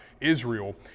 israel